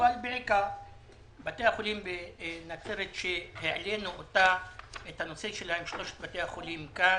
במיוחד את זעקת שלושת בתי החולים בנצרת שהעלנו לדיון כאן.